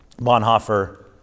Bonhoeffer